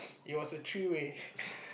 it was a three way